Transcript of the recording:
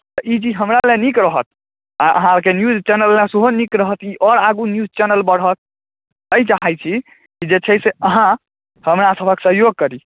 तऽ ई चीज हमरा लेल नीक रहत आ अहाँके न्यूज चैनल ले सेहो नीक रहत ई आओर आगू ई न्यूज चैनल बढ़त तैँ चाहैत छी जे छै से अहाँ हमरासभक सहयोग करी